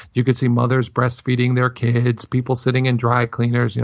you could see mothers breast-feeding their kids, people sitting in dry cleaners, you know